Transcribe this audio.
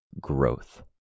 Growth